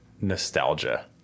nostalgia